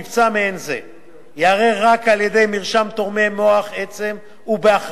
מבצע מעין זה ייערך רק על-ידי מרשם תורמי מוח עצם ובאחריותו,